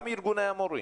גם ארגוני המורים.